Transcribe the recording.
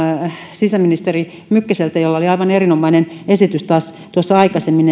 sisäministeri mykkäseltä jolla oli aivan erinomainen esitys taas tuossa aikaisemmin